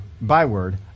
byword